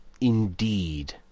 indeed